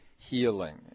healing